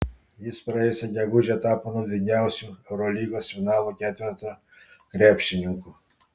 jis praėjusią gegužę tapo naudingiausiu eurolygos finalo ketverto krepšininku